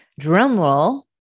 drumroll